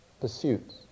pursuits